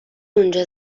اونجا